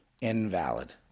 Invalid